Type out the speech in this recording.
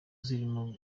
zirimo